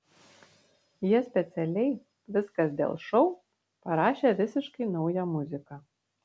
jie specialiai viskas dėl šou parašė visiškai naują muziką